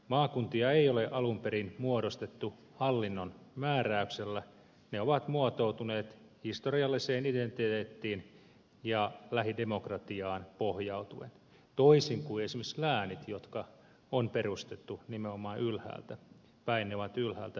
maakuntia ei ole alun perin muodostettu hallinnon määräyksellä ne ovat muotoutuneet historialliseen identiteettiin ja lähidemokratiaan pohjautuen toisin kuin esimerkiksi läänit jotka on perustettu nimenomaan ylhäältä päin ne ovat ylhäältä määrättyjä